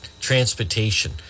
Transportation